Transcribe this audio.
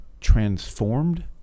transformed